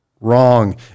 wrong